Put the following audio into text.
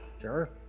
Sure